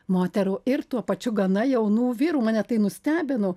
moterų ir tuo pačiu gana jaunų vyrų mane tai nustebino